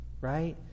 right